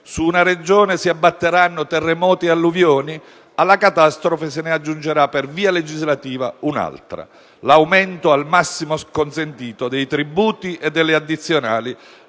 Su una Regione si abbatteranno terremoti e alluvioni? Alla catastrofe se ne aggiungerà per via legislativa un'altra: l'aumento, al massimo consentito, dei tributi e delle addizionali